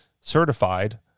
certified